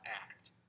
act